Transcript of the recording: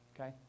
Okay